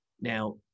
Now